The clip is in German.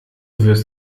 wirst